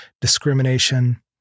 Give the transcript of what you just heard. discrimination